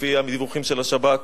לפי הדיווחים של השב"כ,